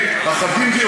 זה הקבינט,